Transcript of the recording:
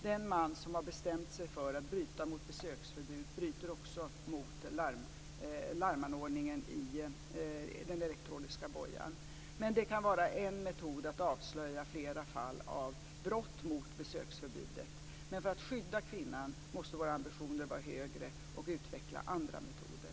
Den man som har bestämt sig för att bryta mot ett besöksförbud utlöser också larmanordningen i den elektroniska bojan. Men det kan vara en metod att avslöja flera fall av brott mot besöksförbudet. Men för att skydda kvinnan måste våra ambitioner vara högre, och vi måste utveckla andra metoder.